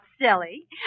silly